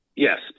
Yes